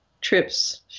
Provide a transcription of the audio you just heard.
trips